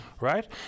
right